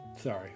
Sorry